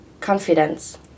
Confidence